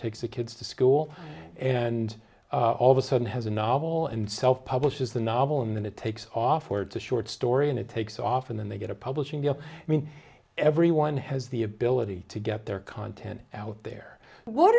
takes the kids to school and all of a sudden has a novel and self publishes the novel and it takes off where it's a short story and it takes often and they get a publishing deal i mean everyone has the ability to get their content out there what